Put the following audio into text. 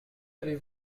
avez